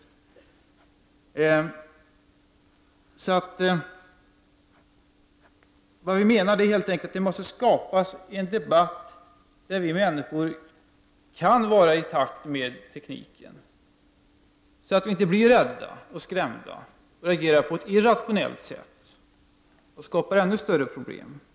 Det vi menar är att det helt enkelt måste skapas en debatt om att vi människor kan vara i takt med tekniken, så att vi inte blir rädda eller skrämda och reagerar på ett irrationellt sätt. Det skapar ännu större problem.